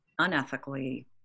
unethically